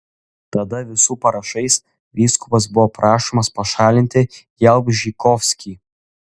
tada visų parašais vyskupas buvo prašomas pašalinti jalbžykovskį